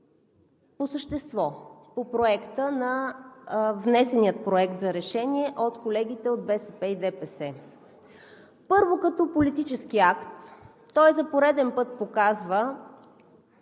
по същество по внесения Проект за решение от колегите от БСП и ДПС. Първо, като политически акт той за пореден път показва